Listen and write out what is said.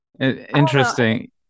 interesting